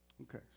Okay